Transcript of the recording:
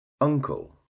uncle